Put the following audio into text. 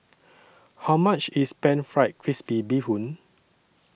How much IS Pan Fried Crispy Bee Hoon